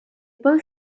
both